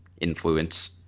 influence